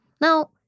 Now